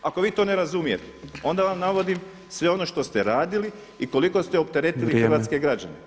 Ako vi to ne razumijete onda vam navodim sve ono što ste radili i koliko ste opteretili hrvatske građane.